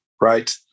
right